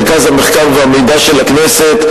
מרכז המחקר והמידע של הכנסת,